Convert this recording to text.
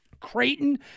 Creighton